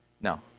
No